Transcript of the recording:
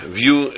view